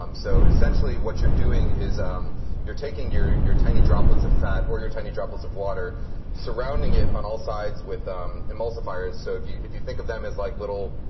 um so essentially what you're doing is um you're taking your your tiny droplets of fat or your tiny droplets of water surrounding it on all sides with um emulsifiers. so if you if you think of them as like little